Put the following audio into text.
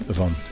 van